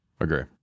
agree